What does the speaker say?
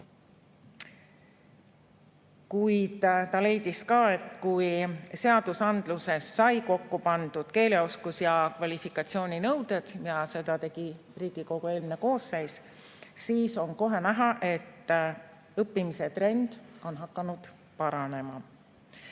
Kuid ta leidis ka, et kui seadusandluses said kokku pandud keeleoskuse ja kvalifikatsiooni nõuded – seda tegi Riigikogu eelmine koosseis –, siis oli kohe näha, et õppimise trend on hakanud paranema.